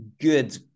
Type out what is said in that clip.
good